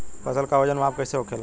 फसल का वजन माप कैसे होखेला?